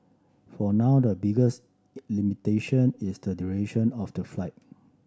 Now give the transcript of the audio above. for now the biggest limitation is the duration of the flight